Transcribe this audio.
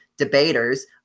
debaters